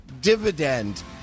dividend